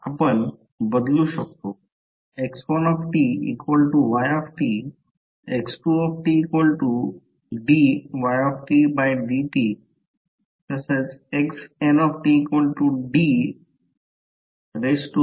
आपण बदलु शकतो